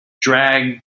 drag